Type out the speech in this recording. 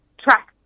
track